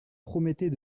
promettez